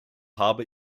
habe